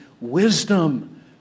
wisdom